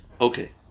Okay